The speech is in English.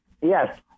Yes